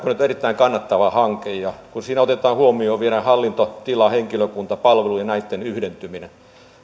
erittäin kannattava hanke kun siinä otetaan huomioon hallinto tilat henkilökunta palvelut ja näitten yhdentyminen